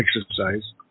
exercise